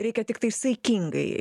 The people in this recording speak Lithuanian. reikia tiktai saikingai